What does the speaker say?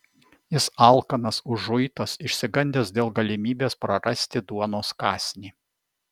jis alkanas užuitas išsigandęs dėl galimybės prarasti duonos kąsnį